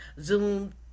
Zoom